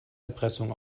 erpressung